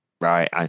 right